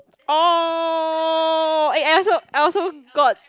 orh eh I also I also got